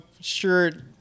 shirt